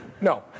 no